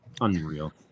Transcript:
Unreal